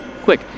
Quick